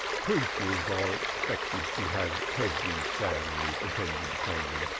preachers are expected to have heavy families dependent upon them.